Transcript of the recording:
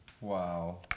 Wow